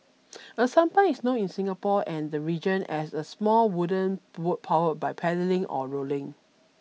a sampan is known in Singapore and the region as a small wooden boat powered by paddling or rowing